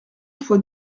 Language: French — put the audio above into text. fois